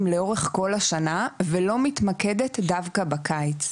לאורך כל השנה ולא מתמקדת דווקא בקיץ,